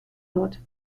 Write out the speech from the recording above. wird